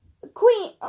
queen